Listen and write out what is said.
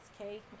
okay